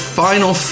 final